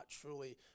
truly